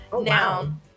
Now